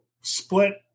split